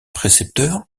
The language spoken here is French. précepteur